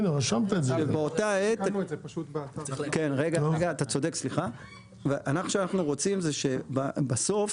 אתה צודק, סליחה, מה שאנחנו רוצים זה שבסוף